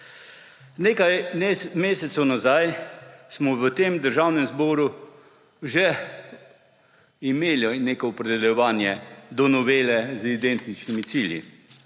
Nekaj mesecev nazaj smo v Državnem zboru že imeli neko opredeljevanje do novele z identičnimi cilji,